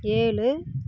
ஏழு